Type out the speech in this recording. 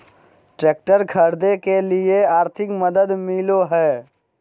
Tractor खरीदे के लिए आर्थिक मदद मिलो है?